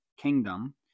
kingdom